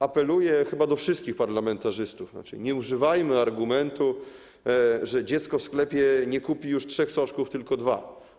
Apeluję chyba do wszystkich parlamentarzystów: nie używajmy argumentu, że dziecko w sklepie nie kupi już trzech soczków, tylko dwa.